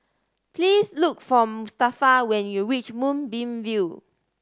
please look for Mustafa when you reach Moonbeam View